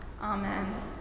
Amen